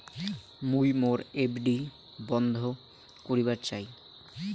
মুই মোর এফ.ডি বন্ধ করিবার চাই